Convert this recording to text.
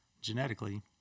genetically